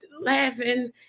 laughing